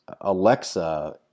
Alexa